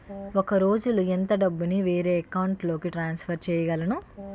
ఒక రోజులో ఎంత డబ్బుని వేరే అకౌంట్ లోకి ట్రాన్సఫర్ చేయగలను?